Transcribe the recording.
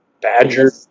Badger